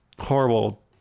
horrible